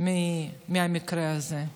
מהמקרה הזה.